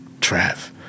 Trav